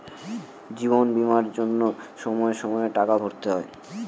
জীবন বীমার জন্য সময়ে সময়ে টাকা ভরতে হয়